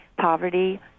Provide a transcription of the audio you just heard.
poverty